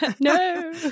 No